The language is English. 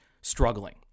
struggling